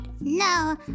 No